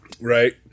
Right